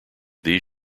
these